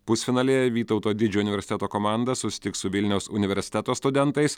pusfinalyje vytauto didžiojo universiteto komanda susitiks su vilniaus universiteto studentais